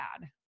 bad